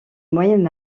moyen